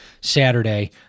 Saturday